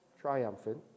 triumphant